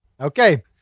Okay